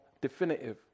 definitive